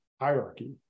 hierarchy